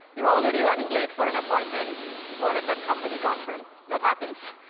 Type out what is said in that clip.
you're already running late for an appointment or a tech company conference that happens.